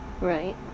Right